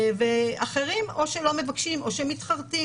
אחרים, או שלא מבקשים או שמתחרטים.